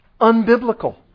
unbiblical